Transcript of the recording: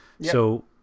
So-